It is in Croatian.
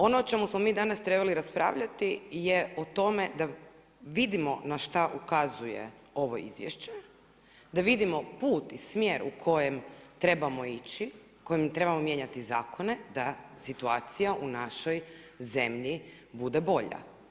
Ono o čemu smo mi danas trebali raspravljati je o tome da vidimo na šta ukazuje ovo izvješće, da vidimo put i smjer u kojem trebamo ići, kojem trebamo mijenjati zakone da situacija u našoj zemlji bude bolja.